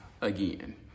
again